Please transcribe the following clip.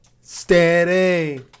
Steady